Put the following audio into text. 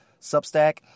Substack